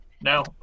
no